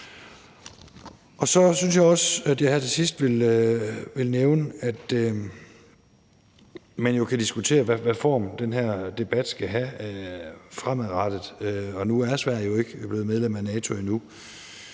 Så synes jeg også, at jeg her til sidst vil nævne, at man jo kan diskutere, hvilken form den her debat skal have fremadrettet. Nu er Sverige jo ikke blevet medlem af NATO endnu,